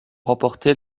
remporté